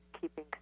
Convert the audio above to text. keeping